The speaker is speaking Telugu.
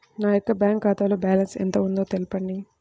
నా యొక్క బ్యాంక్ ఖాతాలో బ్యాలెన్స్ ఎంత ఉందో తెలపండి?